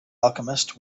alchemist